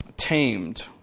Tamed